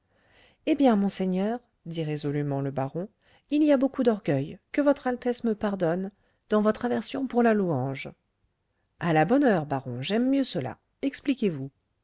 eh bien monseigneur dit résolument le baron il y a beaucoup d'orgueil que votre altesse me pardonne dans votre aversion pour la louange à la bonne heure baron j'aime mieux cela expliquez-vous